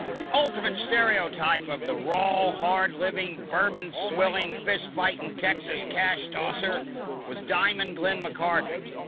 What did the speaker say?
the ultimate stereotype of the raw, hard-living, bourbon-swilling, fist-fighting texas cash-tosser was diamond glenn mccarthy.